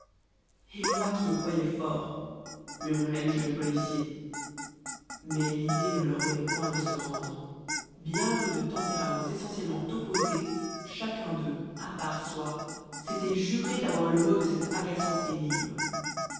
et moi qui me croyais fort murmurait le jeune policier mais l'idée ne leur venait point de se rendre bien que de tempéraments essentiellement opposés chacun d'eux à part soi s'était juré d'avoir le mot de cette agaçante énigme